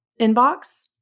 inbox